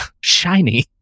shiny